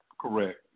Correct